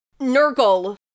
Nurgle